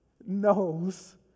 knows